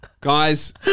guys